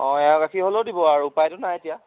অঁ এযৱা গাখীৰ হ'লেও দিব আৰু উপায়টো নাই এতিয়া